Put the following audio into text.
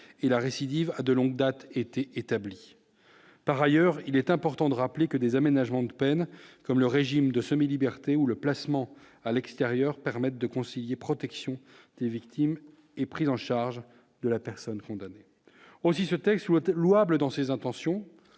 et la récidive de longue date, été établi par ailleurs qu'il est important de rappeler que des aménagements de peine, comme le régime de semi-liberté ou le placement à l'extérieur, permettent de concilier protection des victimes et prise en charge de la personne condamnée aussi ce texte voté louable dans ses intentions,